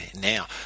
now